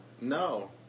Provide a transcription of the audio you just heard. No